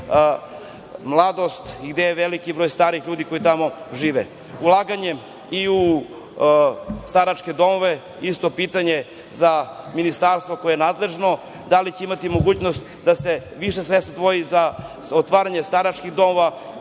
mladost, gde je veliki broj starih ljudi koji tamo žive. Ulaganje i u staračke domove, isto pitanje za ministarstvo koje je nadležno, da li će imati mogućnost da se više sredstava izdvoji za otvaranje staračkih domova